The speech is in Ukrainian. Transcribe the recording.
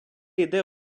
йде